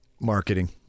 marketing